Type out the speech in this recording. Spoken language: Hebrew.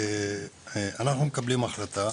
אנחנו מקבלים החלטה,